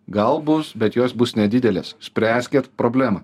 gal bus bet jos bus nedidelės spręskit problemą